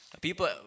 People